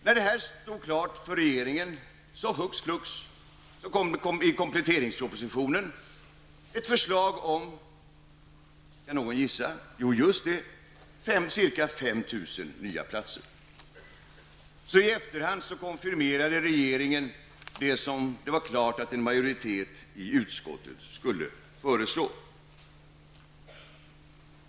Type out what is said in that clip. När detta stod klart för regeringen föreslog man hux flux i kompletteringspropositionen, kan någon gissa vad, jo, just det, ca 5 000 nya platser. I efterhand konfirmerade regeringen vad som var klart att en majoritet i utskottet skulle föreslå.